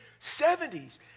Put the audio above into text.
70s